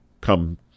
come